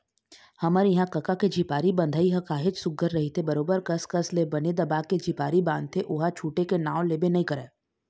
हमर इहाँ कका के झिपारी बंधई ह काहेच सुग्घर रहिथे बरोबर कस कस ले बने दबा के झिपारी बांधथे ओहा छूटे के नांव लेबे नइ करय